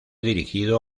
dirigido